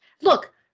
Look